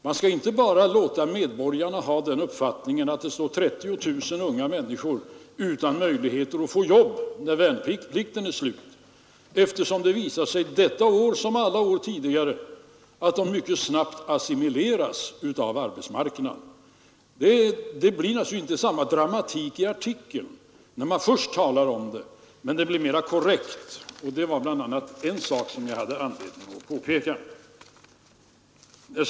Man skall inte bara låta medborgarna ha den uppfattningen att det står 30 000 unga människor utan möjligheter att få jobb när värnplikten är slut, eftersom det — detta år som alla år — visar sig att de mycket snabbt assimileras av arbetsmarknaden. Det blir naturligtvis inte samma dramatik i artikeln när man först talar om det, men det blir mera korrekt, och det var en sak som jag hade anledning att påpeka.